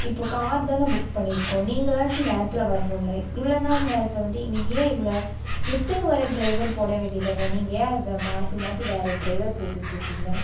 இப்போது கார் தானே புக் பண்ணியிருக்கோம் நீங்களாச்சும் நேரத்தில் வரணும்ல இவ்வளோ நாள் நேரம் நேரத்தில் வந்துட்டு இன்றைக்கி ஏன் இவ்வளோ எப்போயும் வர டிரைவர் போட வேண்டியதானே நீங்கள் ஏன் அதை மாற்றி மாற்றி வேறு டிரைவர் போட்டுட்டிருக்கீங்க